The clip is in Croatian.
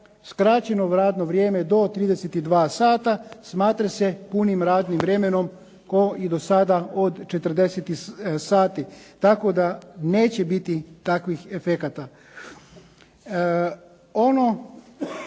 skraćeno radno vrijeme do 32 sata smatra se punim radnim vremenom kao i do sada od 40 sati. Tako da neće biti takvih efekata. Ono